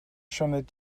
sioned